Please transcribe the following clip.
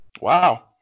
Wow